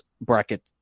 bracket